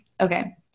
Okay